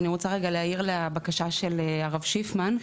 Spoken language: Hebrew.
אני רוצה רגע להעיר לבקשה של הרב שיפמן,